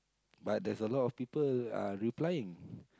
but there's a lot of people uh replying